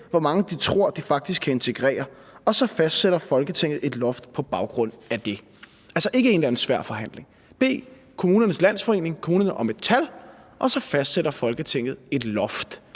hvor mange de tror, de faktisk kan integrere. Og så fastsætter Folketinget et loft på baggrund af det.« Det er altså ikke i en eller anden svær forhandling. Man skal bede Kommunernes Landsforening, kommunerne, om et tal, og så fastsætter Folketinget et loft.